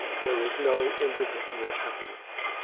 there is no individual happiness.